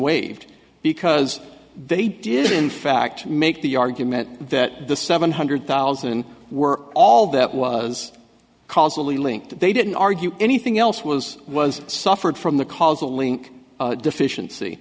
waived because they did in fact make the argument that the seven hundred thousand were all that was causally linked they didn't argue anything else was was suffered from the causal link deficiency